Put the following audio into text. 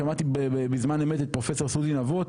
שמעתי בזמן אמת את פרופ' סוזי נבות,